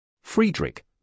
Friedrich